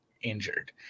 injured